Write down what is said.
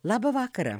labą vakarą